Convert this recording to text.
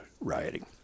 rioting